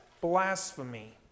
blasphemy